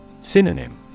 Synonym